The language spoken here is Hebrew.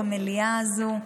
במליאה הזאת,